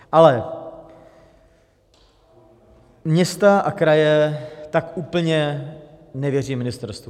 Ale města a kraje tak úplně nevěří ministerstvu.